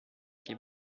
que